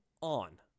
on